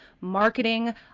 marketing